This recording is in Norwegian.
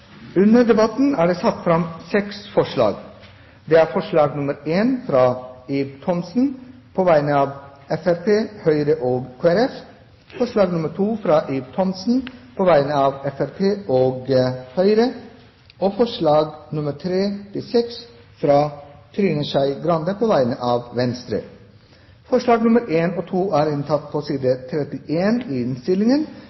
Under debatten er det satt fram seks forslag. Det er forslag nr. 1, fra Ib Thomsen på vegne av Fremskrittspartiet, Høyre og Kristelig Folkeparti forslag nr. 2, fra Ib Thomsen på vegne av Fremskrittspartiet og Høyre forslagene nr. 3–6, fra Trine Skei Grande på vegne av Venstre Forslagene nr. 1 og 2 er inntatt på